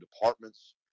departments